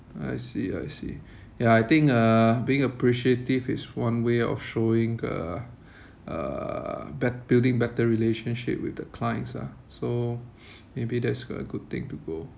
I see I see ya I think uh being appreciative is one way of showing uh uh bet~ building better relationship with the clients ah so maybe that's a good thing to